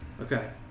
okay